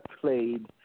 played